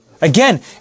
Again